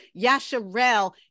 Yasharel